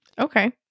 Okay